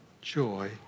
joy